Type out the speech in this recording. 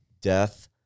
death